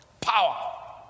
Power